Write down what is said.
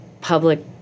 public